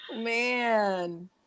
Man